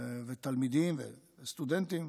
ותלמידים וסטודנטים,